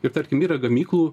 ir tarkim yra gamyklų